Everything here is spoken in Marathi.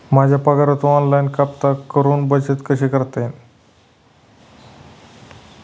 माझ्या पगारातून ऑनलाइन कपात करुन बचत कशी करता येईल?